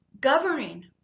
governing